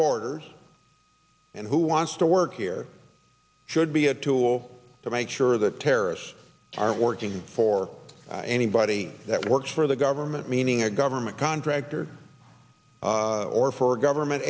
borders and who wants to work here should be a tool to make sure that terrorists are working for anybody that works for the government meaning a government contractor or for a government